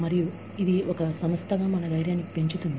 మరియు ఇది ఒక సంస్థగా మన ధైర్యాన్ని పెంచుతుంది